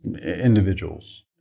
individuals